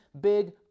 big